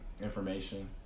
information